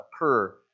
occur